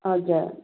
हजुर